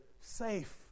safe